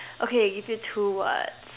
okay give you two words